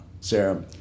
Sarah